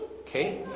Okay